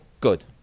good